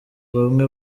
bamwe